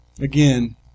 Again